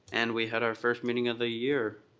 and we had our first meeting of the year,